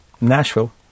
Nashville